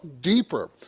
deeper